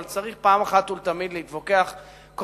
אבל צריך פעם אחת ולתמיד להתווכח קונספטואלית.